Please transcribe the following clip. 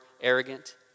arrogant